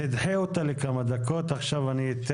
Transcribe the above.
למה לא מביאים את זה להסדרה על ידי חוק עד עכשיו?